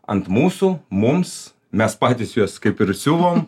ant mūsų mums mes patys juos kaip ir siuvom